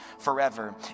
Forever